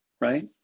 right